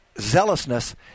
zealousness